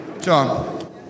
John